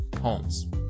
homes